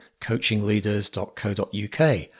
coachingleaders.co.uk